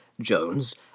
Jones